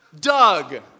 Doug